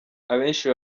abenshi